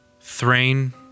Thrain